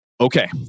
Okay